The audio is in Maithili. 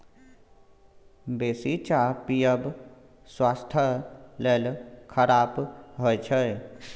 बेसी चाह पीयब स्वास्थ्य लेल खराप होइ छै